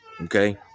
okay